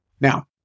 Now